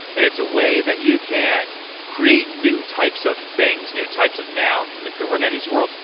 and it's a way that you can create new types of things, new types of nouns in the kubernetes world.